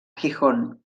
gijón